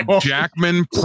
Jackman